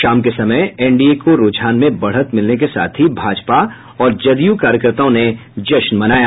शाम के समय एनडीए को रुझान में बढत मिलने के साथ ही भाजपा और जदयू कार्यकर्ताओं ने जश्न मनाया